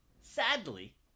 sadly